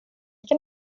kan